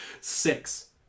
Six